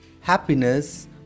happiness